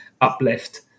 uplift